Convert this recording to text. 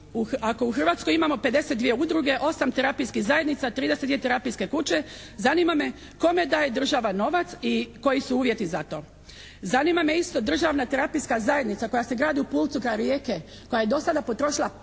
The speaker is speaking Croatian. Ako u Hrvatskoj imamo 52 udruge 8 terapijskih zajednica, 32 terapijske kuće zanima me kome daje država novac i koji su uvjeti za to. Zanima me isto državna terapijska zajednica koja se gradi u Pulcu kraj Rijeke koja je do sada potrošila